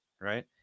right